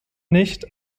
nicht